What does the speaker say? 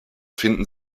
finden